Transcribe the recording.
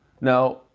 Now